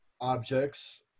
objects